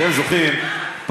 אתם זוכרים,